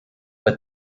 but